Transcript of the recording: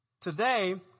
Today